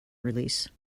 release